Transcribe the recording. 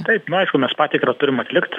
taip nu aišku mes patikrą turim atlikt